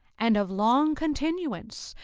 and of long continuance,